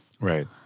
Right